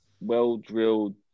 well-drilled